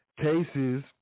Cases